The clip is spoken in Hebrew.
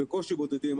בקושי בודדים.